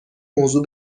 موضوع